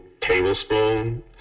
tablespoon